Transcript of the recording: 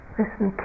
listen